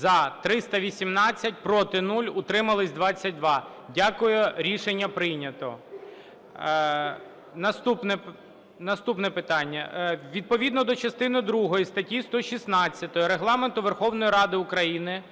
За – 318, проти – 0, утримались – 22. Дякую. Рішення прийнято. Наступне, наступне питання. Відповідно до частини другої статті 116 Регламенту Верховної Ради України